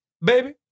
Baby